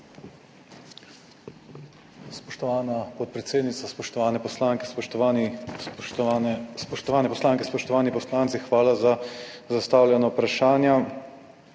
Spoštovana podpredsednica, spoštovane poslanke, spoštovani poslanci, hvala za zastavljena vprašanja.